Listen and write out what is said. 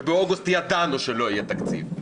ובאוגוסט ידענו שלא יהיה תקציב,